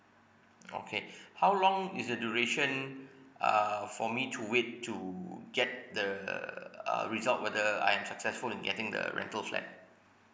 okay how long is the duration uh for me to wait to get the uh result whether I am successful in getting the rental flat